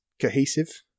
cohesive